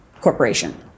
corporation